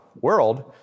world